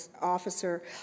officer